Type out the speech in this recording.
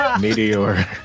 Meteor